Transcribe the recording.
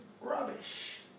rubbish